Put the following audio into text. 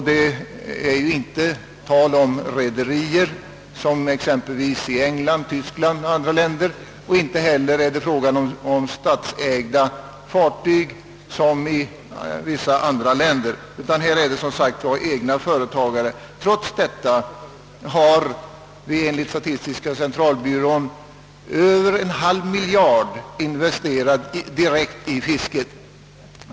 Det är inte tal om rederier såsom i England, Tyskland och andra länder, och inte heller är det fråga om statsägda fartyg som i vissa andra länder, utan här är det som sagt egna företagare. Trots detta har enligt statistiska centralbyrån över en halv miljard kronor investerats direkt i fisket.